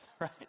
right